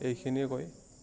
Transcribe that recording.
এইখিনিয়ে কৈ